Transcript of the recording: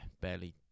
barely